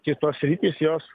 kitos sritys jos